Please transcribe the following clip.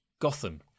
Gotham